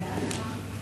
נתקבלה.